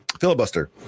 filibuster